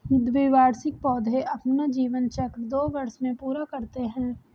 द्विवार्षिक पौधे अपना जीवन चक्र दो वर्ष में पूरा करते है